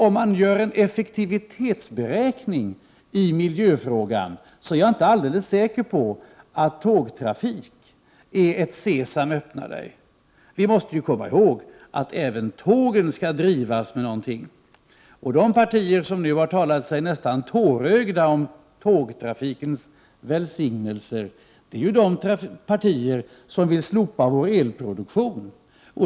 Om man gör en effektivitetsberäkning i miljöfrågan är jag inte alldeles säker på att tågtrafik är ett ”Sesam öppna dig!”. Vi måste komma ihåg att även tågen skall drivas med något. De partier som nästan har talat sig tårögda om tågtrafikens välsignelser, är de partier som vill slopa vår elproduktion.